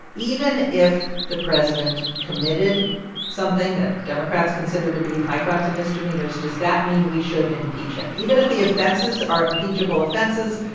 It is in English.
even if the president committed something that democrats consider to be high crimes and misdemeanors, does that mean we should impeach him? even if the offenses are impeachable offenses,